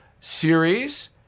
series